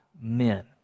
men